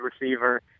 receiver